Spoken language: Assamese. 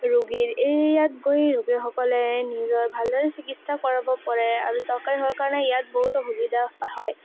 ৰোগীৰ এই ইয়াত গৈ ৰোগীসকলে নিজক ভালদৰে চিকিৎসা কৰাব পাৰে আৰু চৰকাৰী হোৱাৰ কাৰণে ইয়াত বহুতো সুবিধা হয়